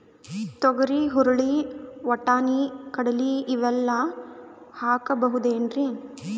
ತೊಗರಿ, ಹುರಳಿ, ವಟ್ಟಣಿ, ಕಡಲಿ ಇವೆಲ್ಲಾ ಹಾಕಬಹುದೇನ್ರಿ?